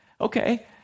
Okay